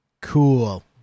Cool